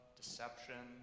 deception